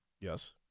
Yes